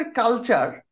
culture